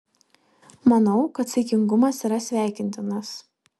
manau kad saikingumas yra sveikintinas